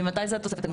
ממתי התוספת הזאת?